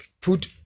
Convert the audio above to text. put